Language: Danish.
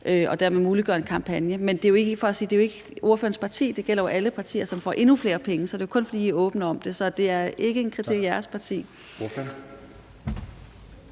og dermed muliggør en kampagne. Men det er jo ikke kun ordførerens parti, det gælder alle partier, som får endnu flere penge, så det er kun, fordi I er åbne om det. Så det er ikke en kritik af jeres parti.